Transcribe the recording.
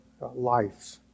life